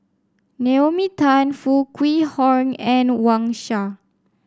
Naomi Tan Foo Kwee Horng and Wang Sha